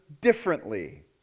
differently